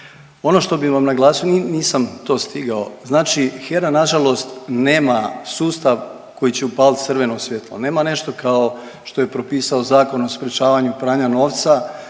Ono što bi vam naglasio, nisam to stigao, znači HERA nažalost nema sustav koji će upaliti crveno svjetlo. Nema nešto kao što je propisao Zakon o sprječavanju pranja novca